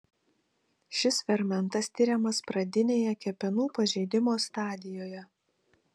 šis fermentas tiriamas pradinėje kepenų pažeidimo stadijoje